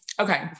okay